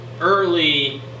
early